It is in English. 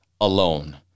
alone